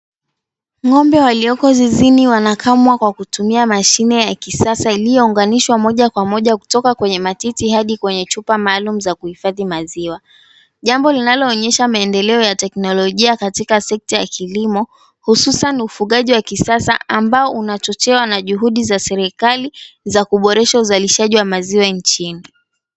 Ng'ombe walioko zizini wanakamwa kwa kutumia mashine ya kisasa iliyounganishwa moja kwa moja kutoka kwenye matiti hadi kwenye chupa maalumu za kuhifadhi maziwa. Jambo linaloonyesha maendeleo ya teknolijia katika sekta ya kilimo hususan ufugaji wa kisasa ambao unachochewa na juhudi za serikali za kuboresha uzalishaji wa maziwa nchini.